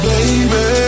Baby